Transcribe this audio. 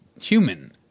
human